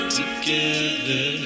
together